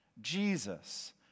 Jesus